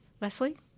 Leslie